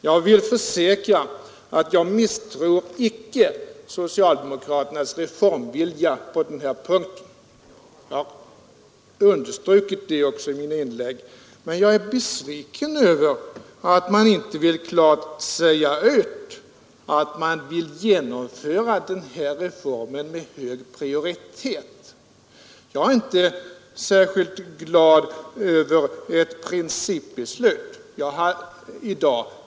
Jag kan försäkra att jag inte misstror socialdemokraternas reformvilja på denna punkt — det har jag också understrukit i mina inlägg — men jag är besviken över att man inte vill klart säga ut att man vill ge den reformen hög prioritet. Jag är inte särskilt glad över ett principbeslut i dag.